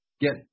get